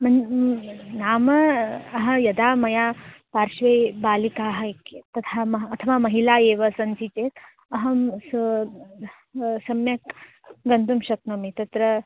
मन् नाम अहं यदा मया पार्श्वे बालिकाः इक् तथा मह् अथवा महिला एव सन्ति चेत् अहं स् सम्यक् गन्तुं शक्नोमि तत्र